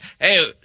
Hey